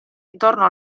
intorno